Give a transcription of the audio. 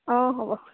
অঁ হ'ব